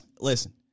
Listen